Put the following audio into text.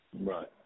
Right